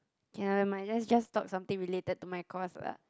ya never mind let's just talk something related to my course lah